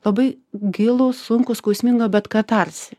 labai gilų sunkų skausmingą bet katarsį